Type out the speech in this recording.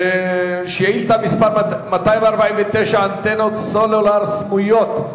שאילתא מס' 249, אנטנות סלולר סמויות.